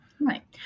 Right